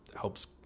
helps